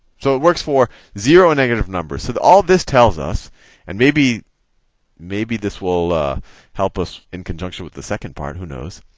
so it works for zero and negative numbers. so all this tells us and maybe maybe this will help us in conjunction with the second part, who knows?